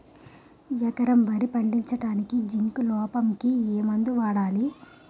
ఎకరం వరి పండించటానికి జింక్ లోపంకి ఏ మందు వాడాలి?